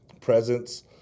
presence